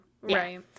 right